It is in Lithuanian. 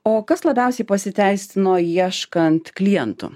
o kas labiausiai pasiteisino ieškant klientų